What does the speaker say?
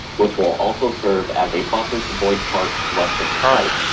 which will also serve as a buffer to boyd park west of the site.